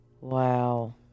Wow